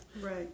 Right